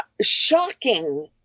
shocking